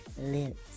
lips